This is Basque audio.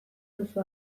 duzu